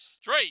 straight